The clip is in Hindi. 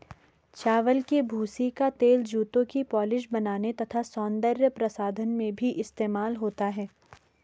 चावल की भूसी का तेल जूतों की पॉलिश बनाने तथा सौंदर्य प्रसाधन में भी इस्तेमाल होता है